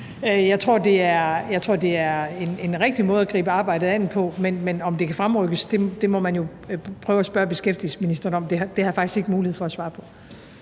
Jeg tror, det er en rigtig måde at gribe arbejdet an på, men om det kan fremrykkes, må man jo prøve at spørge beskæftigelsesministeren om. Det har jeg faktisk ikke mulighed for at svare på.